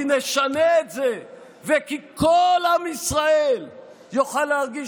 כי נשנה את זה וכי כל עם ישראל יוכל להרגיש